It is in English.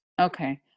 Okay